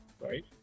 Right